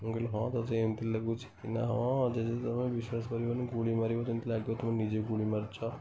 ମୁଁ କହିଲି ହଁ ଲାଗୁଛି ନା ହଁ ଜେଜେ ତମେ ବିଶ୍ୱାସ କରିବନି ଗୁଳି ମାରିବ ଯେମିତି ଲାଗିବ ତମେ ନିଜେ ଗୁଳି ମାରୁଛ